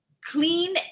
clean